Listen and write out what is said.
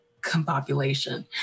compopulation